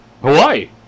Hawaii